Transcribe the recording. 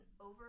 over